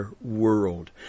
world